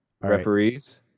referees